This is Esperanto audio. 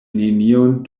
nenion